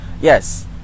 Yes